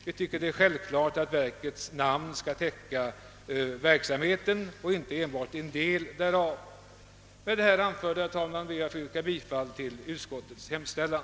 Vi tycker att det är självklart att verkets namn skall täcka hela verksamheten och inte enbart en del därav. Med det anförda, herr talman, ber jag att få yrka bifall till utskottets hemställan.